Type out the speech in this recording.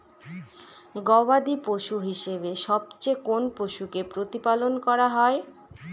গবাদী পশু হিসেবে সবচেয়ে কোন পশুকে প্রতিপালন করা হয়?